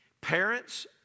Parents